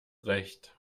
recht